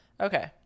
Okay